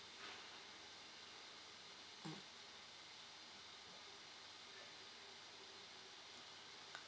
mm